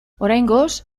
oraingoz